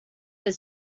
got